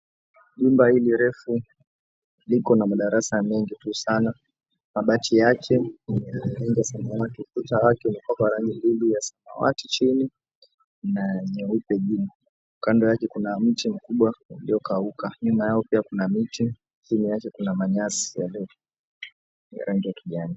Jumba hili refu likona madarasa mengi tu sana, mabati yake ni ya rangi ya samawati. Ukuta wake umepakwa rangi mbili, ya samawati chini na nyeupe juu. Kando yake kuna mti mkubwa uliokauka. Nyuma yao pia kuna miti, chini yake kuna manyasi ya rangi ya kijani.